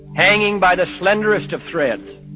hanging by the slenderest of threads,